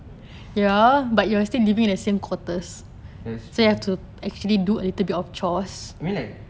yes I mean like